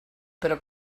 però